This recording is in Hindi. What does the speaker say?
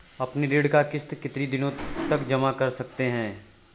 अपनी ऋण का किश्त कितनी दिनों तक जमा कर सकते हैं?